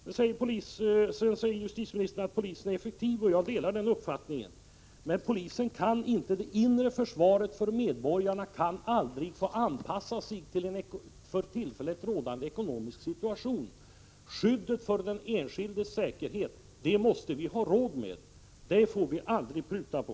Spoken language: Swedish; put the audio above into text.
Justitieministern säger att polisen är effektiv, och jag delar den uppfattningen. Men det inre försvaret mot medborgarna kan aldrig få anpassas till en för tillfället rådande ekonomisk situation. Skyddet för den enskildes säkerhet måste vi ha råd med. Det får vi aldrig pruta på.